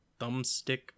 thumbstick